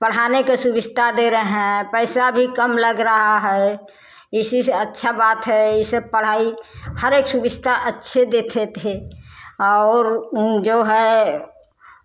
पढ़ाने के सुविधादे रहे हैं पैसा भी कम लग रहा है इसीसे अच्छा बात है इससे पढ़ाई हरेक सुविधा अच्छे देते थे और जो है